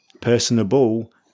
personable